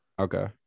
okay